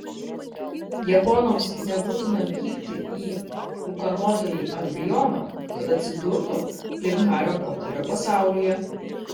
japonams nebūtina vykti į ūkanotąjį albioną kad atsidurtų lyg hario poterio pasaulyje